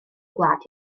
gwlad